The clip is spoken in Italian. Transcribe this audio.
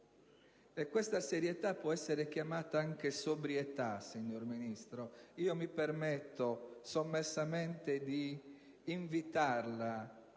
Questa serietà può essere chiamata anche sobrietà, signor Ministro, e io mi permetto sommessamente di invitarla